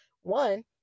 one